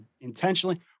intentionally